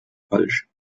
falsch